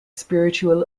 spiritual